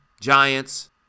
Giants